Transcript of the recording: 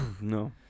No